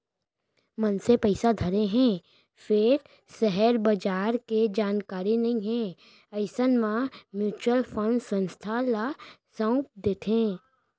मनसे पइसा धरे हे फेर सेयर बजार के जानकारी नइ हे अइसन म म्युचुअल फंड संस्था ल सउप देथे